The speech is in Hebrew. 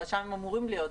אבל שם הם אמורים להיות,